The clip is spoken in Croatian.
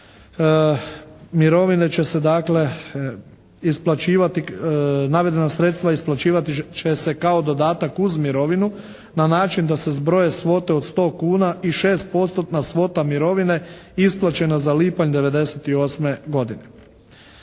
mirovine će se dakle, isplaćivati, navedena sredstva isplaćivati će se kao dodatak uz mirovinu na način da se zbroje svote od 100 kuna i 6%.-tna svota mirovine isplaćena za lipanj '98. godine.